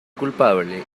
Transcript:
culpable